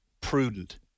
prudent